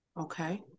Okay